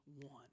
one